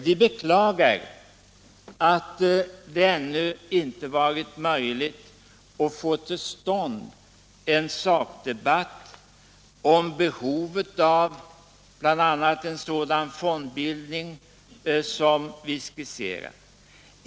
Vi beklagar att det ännu inte varit möjligt att få till stånd en sakdebatt om behovet av bl.a. en sådan fondbildning som vi skisserat.